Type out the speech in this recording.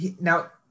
now